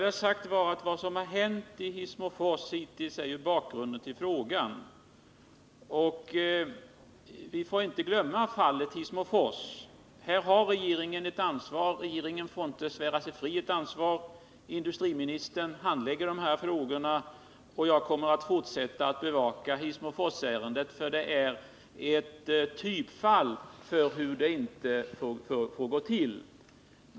Herr talman! Vi får inte glömma fallet Hissmofors. Regeringen har ett ansvar. Regeringen får inte svära sig fri från detta ansvar. Industriministern handlägger dessa frågor. Jag kommer att fortsätta att bevaka Hissmoforsärendet, för det är ett typfall för hur det inte får gå till.